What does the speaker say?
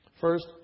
First